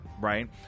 right